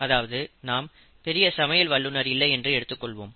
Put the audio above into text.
அதாவது நாம் பெரிய சமையல் வல்லுநர் இல்லை என்று எடுத்துக் கொள்வோம்